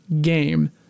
game